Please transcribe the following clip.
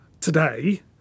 today